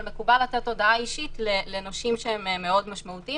אבל מקובל לתת הודעה אישית לנושים שהם משמעותיים מאוד.